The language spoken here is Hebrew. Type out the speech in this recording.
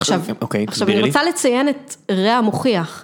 עכשיו, עכשיו אני רוצה לציין את רע המוכיח.